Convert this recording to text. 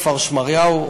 כפר-שמריהו,